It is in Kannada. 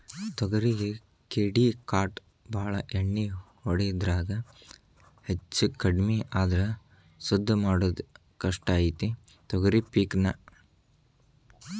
ತೊಗರಿಗೆ ಕೇಡಿಕಾಟ ಬಾಳ ಎಣ್ಣಿ ಹೊಡಿದ್ರಾಗ ಹೆಚ್ಚಕಡ್ಮಿ ಆದ್ರ ಸುದ್ದ ಮಾಡುದ ಕಷ್ಟ ಐತಿ ತೊಗರಿ ಪಿಕ್ ನಾ